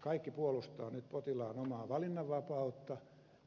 kaikki puolustavat nyt potilaan omaa valinnanvapautta